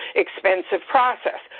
expensive process.